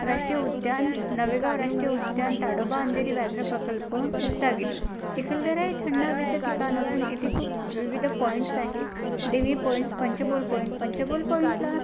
राष्ट्रीय उद्यान नवेगाव राष्ट्रीय उद्यान ताडोबा अंधारी व्याघ्र प्रकल्प मुक्तागिरी चिखलदरा हे थंड हवेचं ठिकाण असून येथे खूप विविध पॉईंट्स आहेत देवी पॉईंट्स पंचबोल पॉईंट पंचबोल पॉईंटला